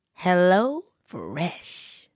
HelloFresh